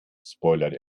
spoilert